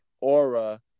aura